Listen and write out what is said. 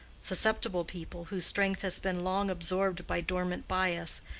susceptible people, whose strength has been long absorbed by dormant bias,